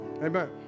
Amen